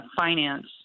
finance